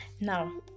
now